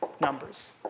numbers